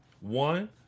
One